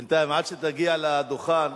בינתיים, עד שתגיע לדוכן,